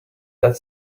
that